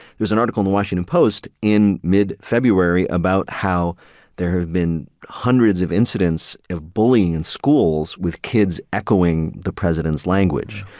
there was an article in the washington post in mid-february about how there have been hundreds of incidents of bullying in schools with kids echoing the president's language.